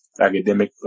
academic